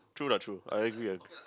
true lah true I agree I agree